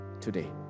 today